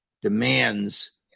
Demands